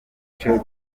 bice